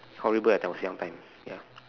horrible that time when I was young time ya